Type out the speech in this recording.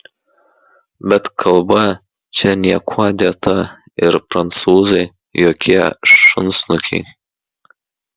bet kalba čia niekuo dėta ir prancūzai jokie šunsnukiai